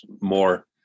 more